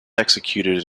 executed